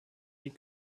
die